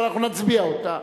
אבל אנחנו נצביע עליה.